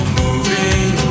moving